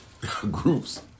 groups